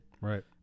Right